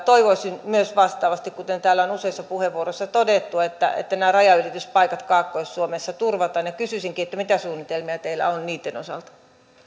toivoisin myös vastaavasti kuten täällä on useissa puheenvuoroissa todettu että nämä rajanylityspaikat kaakkois suomessa turvataan kysyisinkin mitä suunnitelmia teillä on niitten osalta